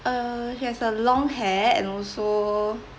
uh she has a long hair and also